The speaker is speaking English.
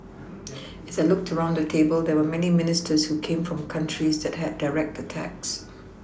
as I looked around the table there were many Ministers who came from countries that had direct attacks